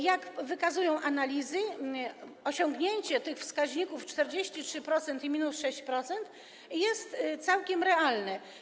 Jak wykazują analizy, osiągnięcie tych wskaźników 43% i –6% jest całkiem realne.